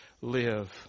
live